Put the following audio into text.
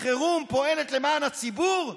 חירום פועלת למען הציבור?